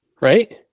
Right